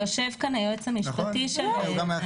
יושב כאן היועץ המשפטי שלהם.